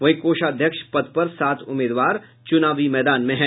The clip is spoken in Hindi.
वहीं कोषाध्यक्ष पद पर सात उम्मीदवार चुनावी मैदान में हैं